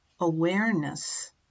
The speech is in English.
awareness